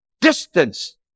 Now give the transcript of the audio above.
distance